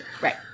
Right